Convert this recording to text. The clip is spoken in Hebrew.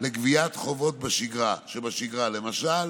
לגביית חובות שבשגרה, למשל